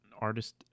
artist